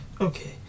okay